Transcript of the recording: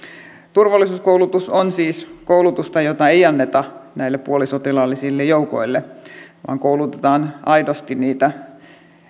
turvallisuuskoulutus on siis koulutusta jota ei anneta näille puolisotilaallisille joukoille vaan koulutetaan aidosti niitä